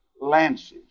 lances